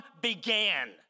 began